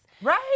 Right